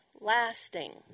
lasting